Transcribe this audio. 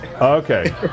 Okay